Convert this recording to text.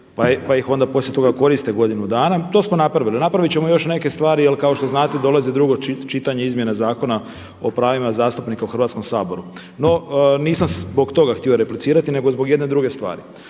pa ih onda poslije toga koriste godinu dana. To smo napravili. Napravit ćemo još neke stvari, jer kao što znate dolazi drugo čitanje, izmjena Zakona o pravima zastupnika u Hrvatskom saboru. No, nisam zbog toga htio replicirati nego zbog jedne druge stvari.